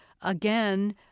again